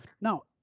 Now